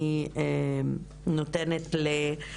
אני נותנת לכם,